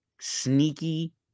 sneaky